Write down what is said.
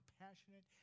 passionate